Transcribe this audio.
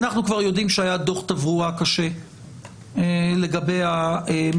אנחנו כבר יודעים שהיה דוח תברואה קשה לגבי המעון.